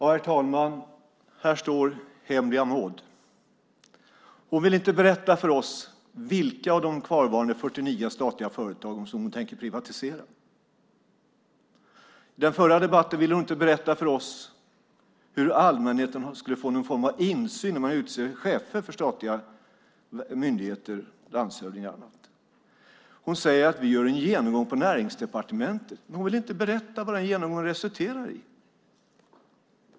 Herr talman! Här står hemliga Maud. Hon vill inte berätta för oss vilka av de kvarvarande 49 statliga företagen som hon tänker privatisera. I den förra debatten ville hon inte berätta för oss om hur allmänheten skulle få någon form av insyn när man utser chefer för statliga myndigheter, landshövdingar och andra. Hon säger att man gör en genomgång på Näringsdepartementet, men hon vill inte berätta vad den genomgången resulterar i.